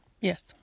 yes